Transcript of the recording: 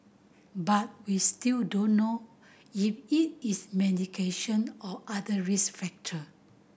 but we still don't know if it is medication or other risk factor